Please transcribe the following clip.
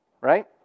right